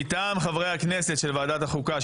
ומטעם חברי הכנסת של ועדת החוקה,